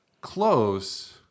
close